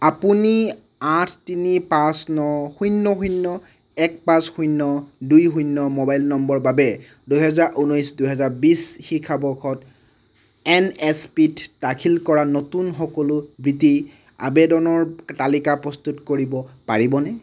আপুনি আঠ তিনি পাঁচ ন শূন্য শূন্য এক পাঁচ শূন্য দুই শূন্য মোবাইল নম্বৰৰ বাবে দুহেজাৰ ঊনৈছ দুহেজাৰ বিশ শিক্ষাবৰ্ষত এন এছ পিত দাখিল কৰা নতুন সকলো বৃত্তিৰ আবেদনৰ তালিকা প্ৰস্তুত কৰিব পাৰিবনে